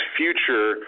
future